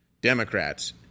Democrats